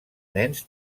nens